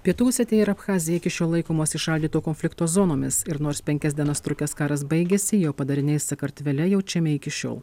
pietų osetija ir abchazija iki šiol laikomos įšaldyto konflikto zonomis ir nors penkias dienas trukęs karas baigėsi jo padariniai sakartvele jaučiami iki šiol